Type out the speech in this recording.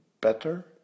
better